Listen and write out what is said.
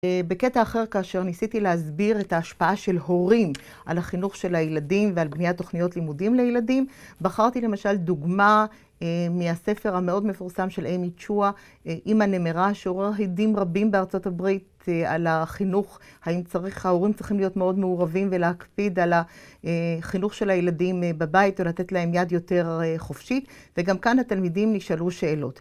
בקטע אחר, כאשר ניסיתי להסביר את ההשפעה של הורים על החינוך של הילדים ועל בניית תוכניות לימודים לילדים, בחרתי למשל דוגמה מהספר המאוד מפורסם של אמי צ'ואה, אימא נמרה, שעורר הדים רבים בארצות הברית על החינוך. ההורים צריכים להיות מאוד מעורבים ולהקפיד על החינוך של הילדים בבית ולתת להם יד יותר חופשית. וגם כאן התלמידים נשאלו שאלות.